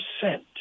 percent